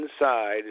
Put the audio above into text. inside